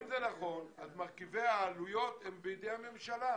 מרכיבי העלויות הם בידי הממשלה.